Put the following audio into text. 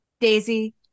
Daisy